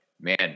man